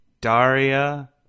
Daria